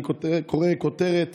אני קורא כותרת